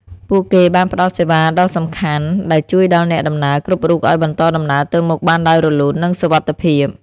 ពួកគេបានផ្តល់សេវាដ៏សំខាន់ដែលជួយដល់អ្នកដំណើរគ្រប់រូបឱ្យបន្តដំណើរទៅមុខបានដោយរលូននិងសុវត្ថិភាព។